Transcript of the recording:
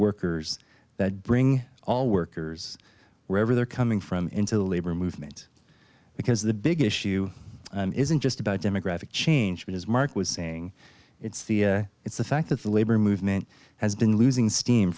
workers that bring all workers wherever they're coming from into the labor movement because the big issue isn't just about demographic change but as mark was saying it's the it's the fact that the labor movement has been losing steam